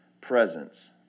presence